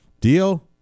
Deal